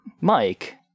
Mike